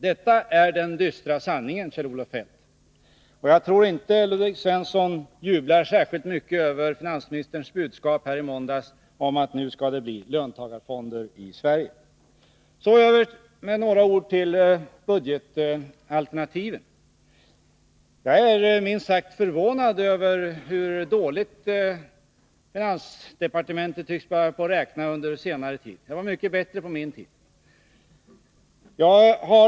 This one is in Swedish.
Detta är den dystra sanningen, Kjell-Olof Feldt. Jag tror inte att Ludvig Svensson jublar särskilt mycket över finansministerns budskap här i måndags om att det nu skall införas löntagarfonder i Sverige. Därefter några ord om budgetalternativen. Jag är minst sagt förvånad över hur dåligt finansdepartementet tycks räkna nu för tiden. Det var mycket bättre på min tid.